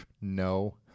no